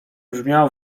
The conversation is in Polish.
brzmiał